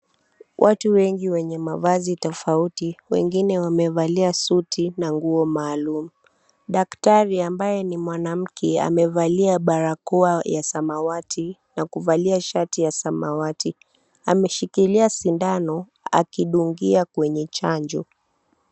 Watu wengi wenye mavazi tofauti, wengine wamevalia suti na nguo nmaalum. Daktari ambaye ni mwanamke amevalia barakoa ya samawati na kuvalia shati ya samawati. Ameshikilia sindano akidungia kwenye chanjo.